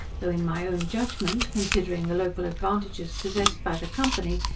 though in my own judgment, considering the local advantages possessed by the company,